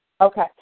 Okay